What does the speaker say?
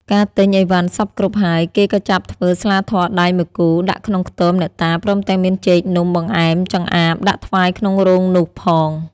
កាលទិញឥវ៉ាន់សព្វគ្រប់ហើយ គេក៏ចាប់ធ្វើស្លាធម៌ដៃ ១គូ ដាក់ក្នុងខ្ទម អ្នកតា ព្រមទាំងមានចេក នំ បង្អែម ចម្អាប ដាក់ថ្វាយក្នុងរោងនោះផង ។